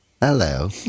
Hello